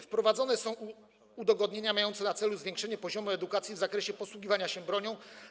Wprowadzone są udogodnienia mające na celu zwiększenie poziomu edukacji w zakresie posługiwania się bronią.